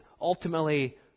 ultimately